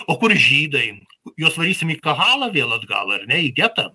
o kur žydai juos varysime į kahalą vėl atgal ar ne į getą